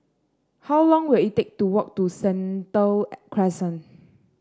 how long will it take to walk to Sentul Crescent